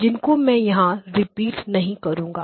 जिनको मैं यहां रिपीट नहीं करूंगा